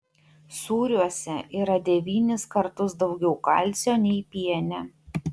sūriuose yra devynis kartus daugiau kalcio nei piene